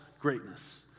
greatness